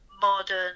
modern